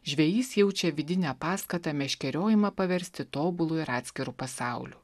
žvejys jaučia vidinę paskatą meškeriojimą paversti tobulu ir atskiru pasauliu